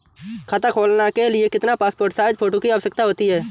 खाता खोलना के लिए कितनी पासपोर्ट साइज फोटो की आवश्यकता होती है?